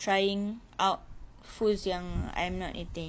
trying out food yang I'm not eating